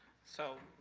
so,